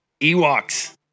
Ewoks